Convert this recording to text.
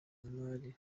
imari